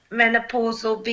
menopausal